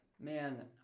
man